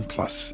Plus